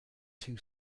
two